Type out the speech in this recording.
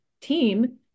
team